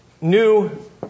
new